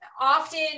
often